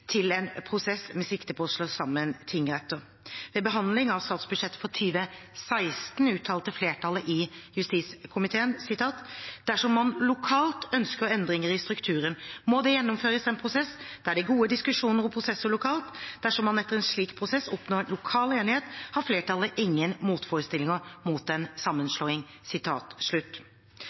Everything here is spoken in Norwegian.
til en prosess med sikte på å slå sammen tingretter. Ved behandlingen av statsbudsjettet for 2016 uttalte flertallet i justiskomiteen: «Dersom man lokalt ønsker endringer i strukturen, må det gjennomføres en prosess der det er gode diskusjoner og prosesser lokalt». «Dersom man etter en slik prosess oppnår lokal enighet, har flertallet ingen motforestillinger mot en sammenslåing.»